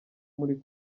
muri